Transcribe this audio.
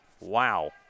Wow